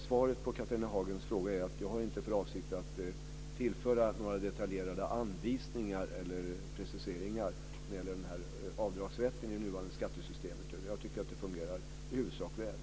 Svaret på Catharina Hagens fråga är alltså att jag inte har för avsikt att införa några detaljerade anvisningar eller preciseringar i fråga om den här avdragsrätten i det nuvarande skattesystemet. Jag tycker att det i huvudsak fungerar väl.